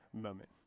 moment